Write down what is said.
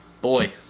Boy